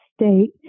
state